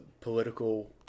political